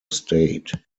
state